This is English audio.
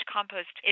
Compost